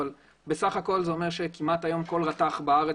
אבל בסך הכול זה אומר שכמעט כל רתך היום בארץ